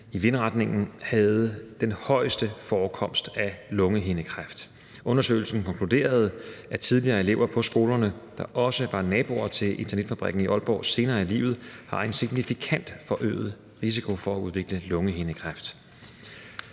i vindretningen, havde den højeste forekomst af lungehindekræft. Undersøgelsen konkluderede, at tidligere elever på skolerne, der også var naboer til eternitfabrikken i Aalborg, senere i livet har en signifikant forøget risiko for at udvikle lungehindekræft.